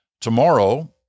Tomorrow